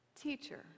Teacher